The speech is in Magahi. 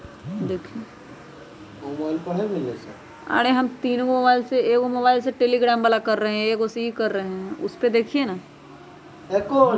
गुलाब के पौधा के तेजी से बढ़ावे ला कोई उपाये बताउ?